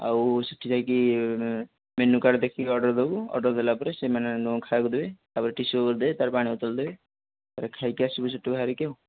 ଆଉ ସେଠି ଯାଇକି ମେନୁ କାର୍ଡ଼୍ ଦେଖିକି ଅର୍ଡ଼ର୍ ଦେବୁ ଅର୍ଡ଼ର୍ ଦେଲା ପରେ ସେମାନେ ତୁମକୁ ଖାଇବାକୁ ଦେବେ ତା'ପରେ ଟିସୁ ପେପର୍ ଦେବେ ପାଣି ବୋତଲ୍ ଦେବେ ତା'ପରେ ଖାଇକି ଆସିବୁ ସେଠୁ ବାହରିକି ଆଉ